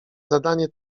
zadanie